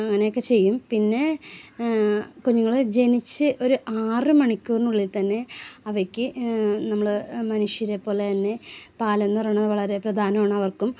അങ്ങനെ ഒക്കെ ചെയ്യും പിന്നേ കുഞ്ഞുങ്ങൾ ജനിച്ച് ഒര് ആറ് മണിക്കൂറിനുള്ളിൽ തന്നെ അവയ്ക്ക് നമ്മള് മനുഷ്യരേപ്പോലെതന്നെ പാലെന്ന് പറയുന്നത് വളരെ പ്രധാനവാണവർക്കും